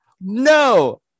no